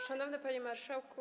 Szanowny Panie Marszałku!